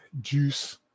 Juice